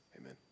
Amen